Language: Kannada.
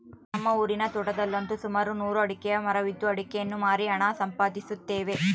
ನಮ್ಮ ಊರಿನ ತೋಟದಲ್ಲಂತು ಸುಮಾರು ನೂರು ಅಡಿಕೆಯ ಮರವಿದ್ದು ಅಡಿಕೆಯನ್ನು ಮಾರಿ ಹಣ ಸಂಪಾದಿಸುತ್ತೇವೆ